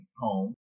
home